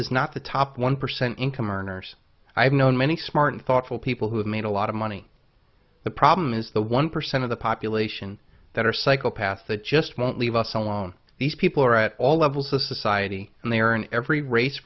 is not the top one percent income earners i have known many smart and thoughtful people who have made a lot of money the problem is the one percent of the population that are psychopaths that just won't leave us alone these people are at all levels of society and they are in every race